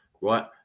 right